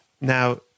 Now